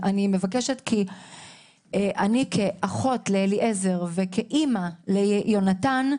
אני כאחות לאליעזר וכאימא ליהונתן,